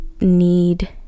need